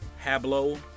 Hablo